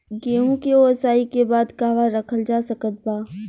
गेहूँ के ओसाई के बाद कहवा रखल जा सकत बा?